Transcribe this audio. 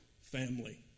family